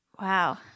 Wow